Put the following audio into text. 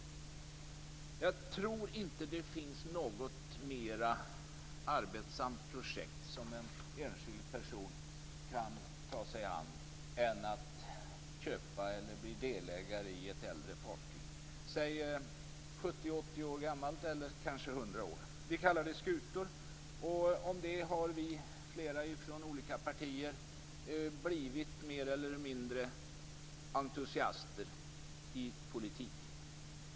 Jag tror inte att det finns något mer arbetsamt projekt som en enskild person kan ta sig an än att köpa eller bli delägare i ett äldre fartyg - 70-80 eller kanske 100 år gammalt. Vi kallar dem för skutor. Vi är flera från olika partier som har blivit mer eller mindre entusiaster för detta i politiken.